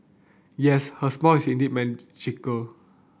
yes her smile is indeed magical